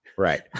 Right